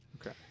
Okay